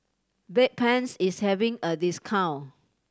Bedpans is having a discount